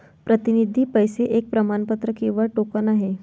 प्रतिनिधी पैसे एक प्रमाणपत्र किंवा टोकन आहे